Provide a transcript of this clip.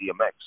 DMX